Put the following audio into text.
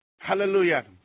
Hallelujah